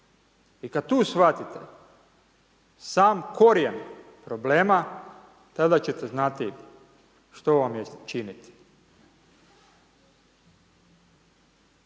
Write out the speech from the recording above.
I kad tu shvatite sam korijen problema, tada će te znati što vam je činiti.